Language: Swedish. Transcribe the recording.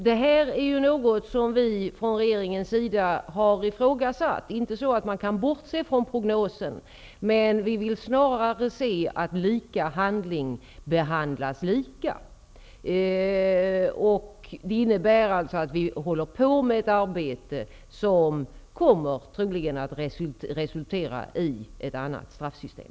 Det här är något som vi från regeringens sida har ifrågasatt, inte så att man kan bortse från prognosen, men vi vill att lika handling behandlas lika. Det innebär att vi håller på med ett arbete som troligen kommer att resultera i ett annat straffsystem.